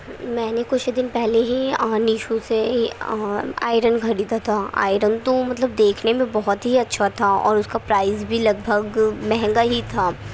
میں نے کچھ دن پہلے ہی آن ایشو سے آئرن خریدا تھا آئرن تو مطلب دیکھنے میں بہت ہی اچھا تھا اور اس کا پرائز بھی لگ بھگ مہنگا ہی تھا